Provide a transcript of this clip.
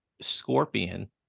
scorpion